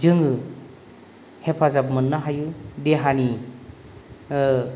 जोङो हेफाजाब मोननो हायो देहानि